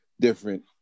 different